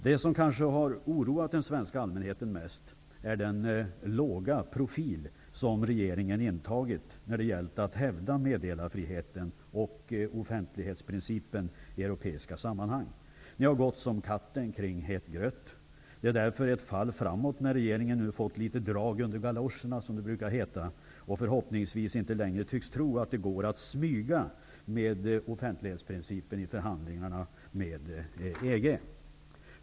Det som kanske har oroat den svenska allmänheten mest är den låga profil som regeringen har intagit när det har gällt att hävda meddelarfriheten och offentlighetsprincipen i europeiska sammanhang. Regeringen har gått som katten kring het gröt. Det är därför ett fall framåt när regeringen nu har fått litet drag under galoscherna, som det brukar heta, och förhoppningsvis inte längre tror att det går att smyga med offentlighetsprincipen i förhandlingarna med EG.